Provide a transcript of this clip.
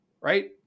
right